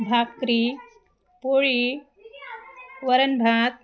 भाकरी पोळी वरणभात